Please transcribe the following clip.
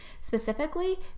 specifically